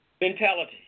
Mentality